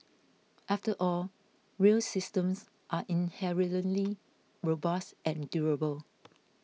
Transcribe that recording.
after all rail systems are inherently robust and durable